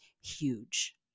huge